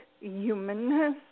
humanness